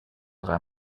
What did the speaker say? drei